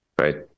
right